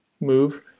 move